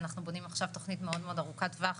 אנחנו בונים עכשיו תכנית מאוד מאוד ארוכת טווח